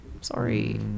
Sorry